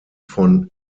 von